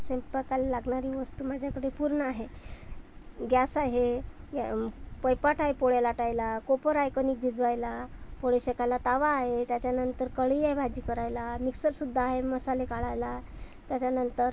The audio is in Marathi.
स्वैंपाकाला लागणारी वस्तू माझ्याकडे पूर्ण आहे गॅस आहे पोळपाट आहे पोळ्या लाटायला कोपर आहे कणिक भिजवायला पोळी शेकायला तवा आहे त्याच्यानंतर कढई आहे भाजी करायला मिक्सरसुद्धा आहे मसाले काढायला त्याच्यानंतर